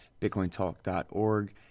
BitcoinTalk.org